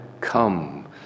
come